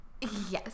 Yes